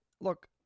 Look